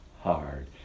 hard